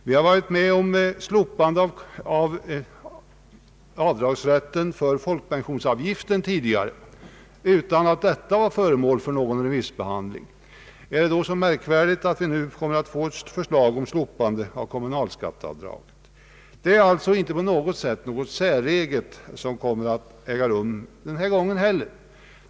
Vi har varit med om slopande av avdragsrätten för folkpensionsavgiften tidigare, utan att detta var föremål för remissbehandling. Är det då så märkvärdigt att vi nu får ett förslag om slopande av kommunalskatteavdraget? Det är alltså inte något säreget som kommer att äga rum denna gång heller.